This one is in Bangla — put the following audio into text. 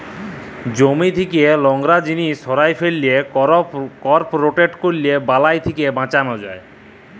জমি থ্যাকে লংরা জিলিস সঁরায় ফেলা, করপ রটেট ক্যরলে বালাই থ্যাকে বাঁচালো যায়